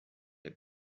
les